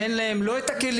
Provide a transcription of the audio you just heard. שאין להן לא את הכלים,